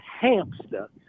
hamster